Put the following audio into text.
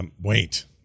wait